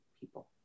people